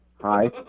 Hi